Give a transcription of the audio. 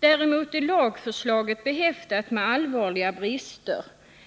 Däremot är lagförslaget behäftat med allvarliga brister